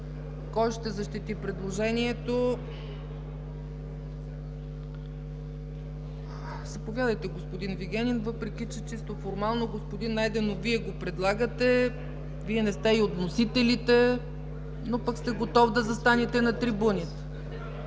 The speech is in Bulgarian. Кой ще защити предложението? Заповядайте, господин Вигенин, въпреки че чисто формално, господин Найденов, Вие го предлагате. Вие не сте и от вносителите, но пък сте готов да застанете на трибуната.